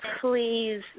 please